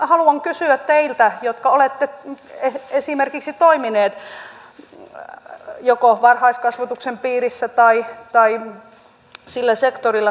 haluan kysyä teiltä jotka olette toimineet varhaiskasvatuksen piirissä tai sillä sektorilla syvemmin